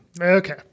Okay